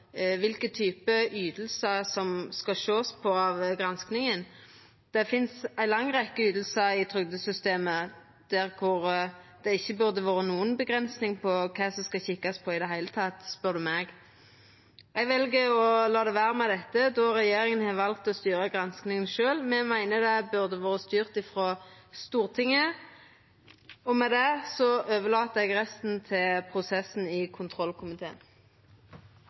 kva type ytingar ein skal sjå på i granskinga. Det finst ei lang rekkje ytingar i trygdesystemet kor det ikkje burde vera noka grense i det heile for kva ein skal kika på, meiner eg. Eg vel å la det vera med dette, då regjeringa har valt å styra granskinga sjølv. Men eg meiner at dette burde ha vore styrt frå Stortinget. Med det overlèt eg resten til prosessen i kontrollkomiteen.